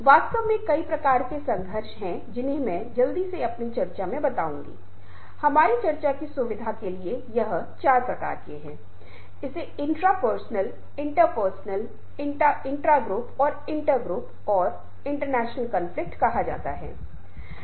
और बहुत हद तक संघर्ष समाधान का संकल्प आपकी भावनात्मक बुद्धिमत्ता पर निर्भर कर सकता है जो लोगों को और अन्य लोगों की भावनाओं को समझने की आपकी क्षमता का अनुमान लगाता है उनके साथ क्या काम करेगा